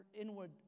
inward